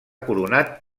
coronat